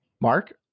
Mark